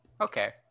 okay